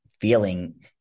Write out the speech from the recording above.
feeling